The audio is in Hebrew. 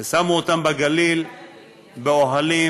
שמו אותם בגליל באוהלים,